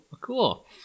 Cool